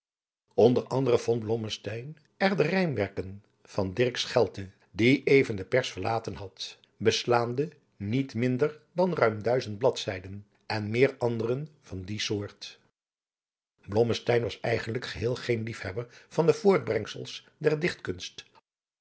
onder anderen vond blommesteyn er de rijmwerken van dirk schelte die even de pers verlaten hadden beslaande niet minder dan ruim duizend bladzijden en meer anderen van die soort blommesteyn was eigenlijk geheel geen liefhebber van de voortbrengsels der dichtkunst